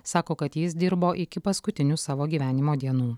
sako kad jis dirbo iki paskutinių savo gyvenimo dienų